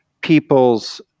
people's